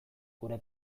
gure